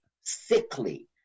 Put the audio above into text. sickly